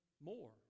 more